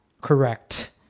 correct